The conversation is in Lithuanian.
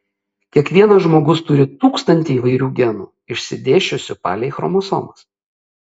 kiekvienas žmogus turi tūkstantį įvairių genų išsidėsčiusių palei chromosomas